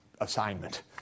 assignment